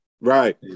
Right